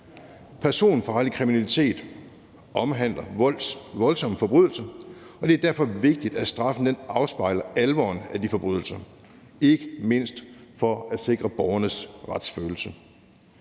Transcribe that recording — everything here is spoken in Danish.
Personfarlig kriminalitet omhandler voldsomme forbrydelser, og det er derfor vigtigt, at straffen afspejler alvoren af de forbrydelser, ikke mindst for at sikre borgernes retsfølelse.